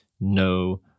no